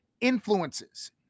influences